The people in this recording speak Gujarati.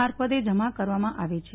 મારફતે જમા કરવામાં આવે છે